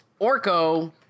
Orko